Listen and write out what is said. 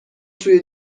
توی